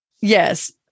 Yes